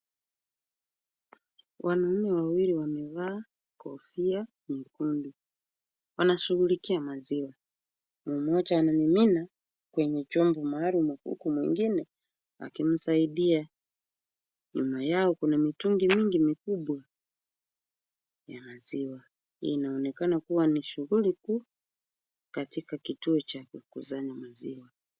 Wanaume wawili wamevaa kofia nyekundu, wanashughulikia maziwa mmoja anamimina kwenye chombo maalum huku mwingine akimsaidia. Nyuma yao kuna mitungi mingi mikubwa ya maziwa hii inaonekana kuwa ni shughuli tu katika kituo cha kukusanya maziwa.